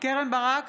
קרן ברק,